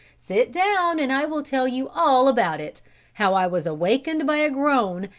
sit down and i will tell you all about it how i was awakened by a groan,